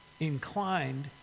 inclined